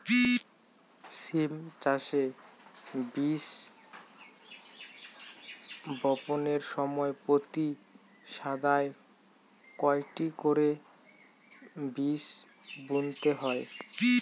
সিম চাষে বীজ বপনের সময় প্রতি মাদায় কয়টি করে বীজ বুনতে হয়?